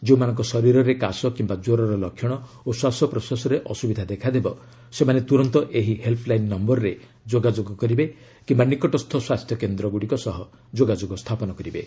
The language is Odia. ଯେଉଁମାନଙ୍କ ଶରୀରରେ କାଶ କିୟା କ୍ୱରର ଲକ୍ଷଣ ଓ ଶ୍ୱାସପ୍ରଶ୍ୱାସରେ ଅସୁବିଧା ଦେଖାଦେବ ସେମାନେ ତୁରନ୍ତ ଏହି ହେଲ୍ସଲାଇନ୍ ନୟରରେ ଯୋଗାଯୋଗ କରିବେ କିମ୍ବା ନିକଟସ୍ଥ ସ୍ୱାସ୍ଥ୍ୟ କେନ୍ଦ୍ର ସହ ଯୋଗାଯୋଗ କରିବେ